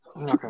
Okay